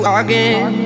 again